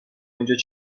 اینجا